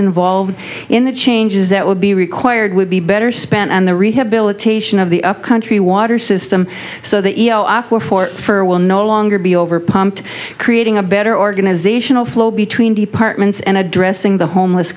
involved in the changes that would be required would be better spent and the rehabilitation of the upcountry water system so that for will no longer be over pumped creating a better organizational flow between departments and addressing the homeless